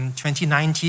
2019